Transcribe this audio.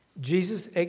Jesus